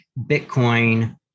Bitcoin